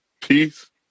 peace